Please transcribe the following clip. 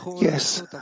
Yes